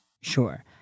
Sure